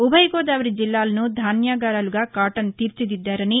ఉభయ గోదావరి జిల్లాలను ధాన్యాగారాలుగా కాటన్ తీర్చిదిద్దారని